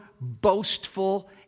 boastful